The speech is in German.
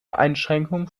einschränkung